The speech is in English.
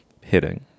hitting